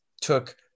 Took